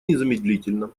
незамедлительно